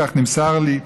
כך נמסר לי,